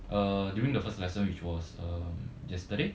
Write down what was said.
err during the first lesson which was um yesterday